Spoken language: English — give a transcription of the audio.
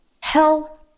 Hell